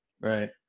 Right